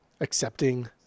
accepting